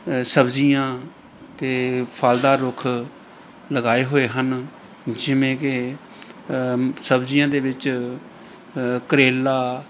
ਸਬਜ਼ੀਆਂ ਅਤੇ ਫਲਦਾਰ ਰੁੱਖ ਲਗਾਏ ਹੋਏ ਹਨ ਜਿਵੇਂ ਕਿ ਸਬਜ਼ੀਆਂ ਦੇ ਵਿੱਚ ਕਰੇਲਾ